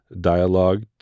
Dialogue